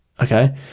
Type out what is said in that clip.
Okay